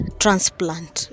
transplant